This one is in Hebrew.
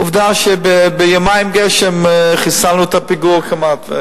עובדה שביומיים גשם חיסלנו את הפיגור כמעט.